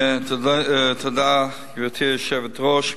1. תודה, גברתי היושבת-ראש.